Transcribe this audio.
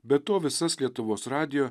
be to visas lietuvos radijo